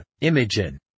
Imogen